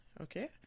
okay